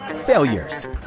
failures